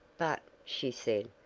but, she said,